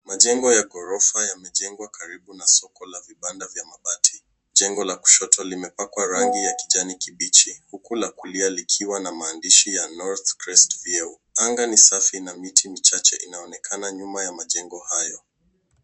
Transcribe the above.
Majengo ya ghorofa yamejengwa karibu na soko la vibanda vya mabati. Jengo la kushoto limepakwa rangi ya kijani kibichi huku la kulia likiwa na maandishi ya North Crest View . Anga ni safi na miti michache inaonekana nyuma ya majengo hayo.